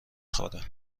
خوره